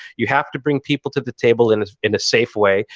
you have to bring people to the table in ah in a safe way.